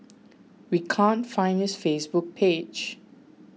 we can't find his Facebook page